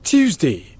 Tuesday